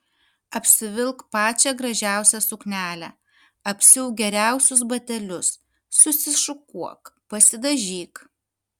apsivilk pačią gražiausią suknelę apsiauk geriausius batelius susišukuok pasidažyk